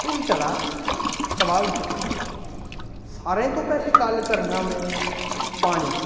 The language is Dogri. पूरी त'रा तबाह् होई चुके दे न सारें तों पैह्लें गल्ल करना में पानी दी